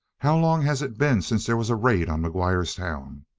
how long has it been since there was a raid on mcguire's town?